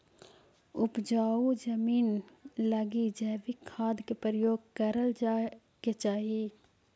उपजाऊ जमींन लगी जैविक खाद के प्रयोग करल जाए के चाही